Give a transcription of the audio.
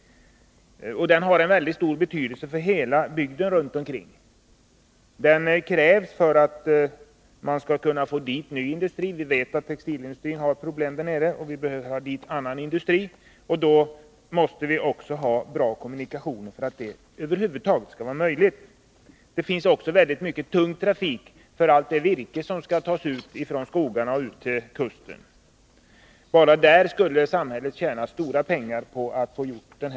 Den har mycket stor betydelse för hela bygden runt omkring, och den är nödvändig för att man skall kunna få dit ny industri. Vi vet att textilindustrin i området har problem, och vi behöver få dit annan industri. Och vi måste ha bra kommunikationer för att detta över huvud taget skall vara möjligt. På denna väg går också mycket tung trafik, beroende på att stora mängder virke, som tas ut från skogarna, skall transporteras ut till kusten. På just det området skulle samhället tjäna stora pengar på att få denna väg ombyggd.